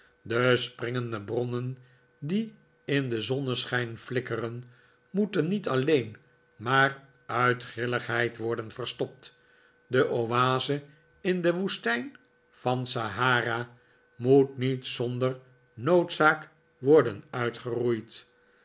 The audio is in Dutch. de springende bronnen die in den zonneschijn flikkeren moeten niet alleen maar uit grilligheid worden verstopt de oase in de woestijn van sahara moet niet zonder noodzaak worden uitgeroeid